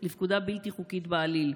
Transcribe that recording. בלתי חוקית בעליל.